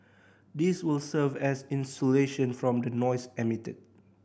this will serve as insulation from the noise emitted